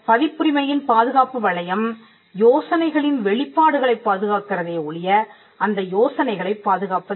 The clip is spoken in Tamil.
பதிப்புரிமை யின் பாதுகாப்பு வளையம் யோசனைகளின் வெளிப்பாடுகளைப் பாதுகாக்கிறதே ஒழிய அந்த யோசனைகளைப் பாதுகாப்பதில்லை